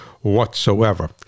whatsoever